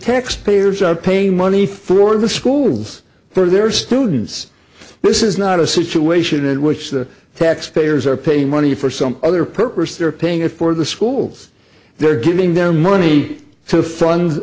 taxpayers are paying money for the schools for their students this is not a situation in which the taxpayers are paying money for some other purpose they're paying it for the schools they're giving them money to fun